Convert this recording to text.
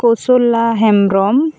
ᱠᱚᱥᱚᱞᱟ Hembrom